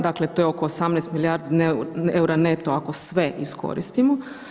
Dakle to je oko 18 milijardi eura neto ako sve iskoristimo.